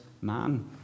man